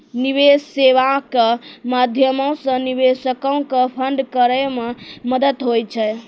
निवेश सेबा के माध्यमो से निवेशको के फंड करै मे मदत होय छै